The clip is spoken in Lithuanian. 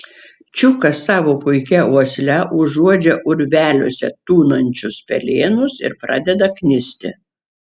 čiukas savo puikia uosle užuodžia urveliuose tūnančius pelėnus ir pradeda knisti